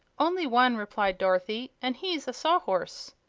only one, replied dorothy, and he's a sawhorse.